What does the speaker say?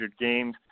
games